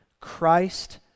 Christ